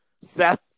Seth